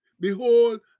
Behold